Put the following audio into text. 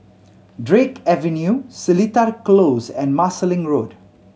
Drake Avenue Seletar Close and Marsiling Road